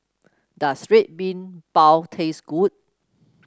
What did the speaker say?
does Red Bean Bao taste good